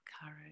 courage